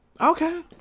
Okay